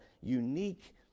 unique